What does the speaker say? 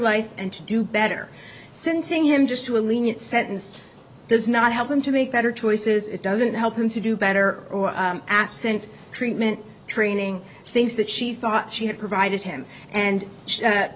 life and to do better since seeing him just to a lenient sentence does not help him to make better choices it doesn't help him to do better or absent treatment training things that she thought she had provided him and